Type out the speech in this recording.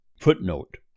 Footnote